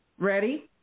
Ready